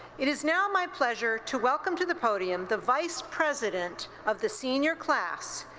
it is now my pleasure to welcome to the podium the vice president of the senior class,